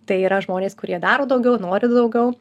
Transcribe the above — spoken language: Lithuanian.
tai yra žmonės kurie daro daugiau nori daugiau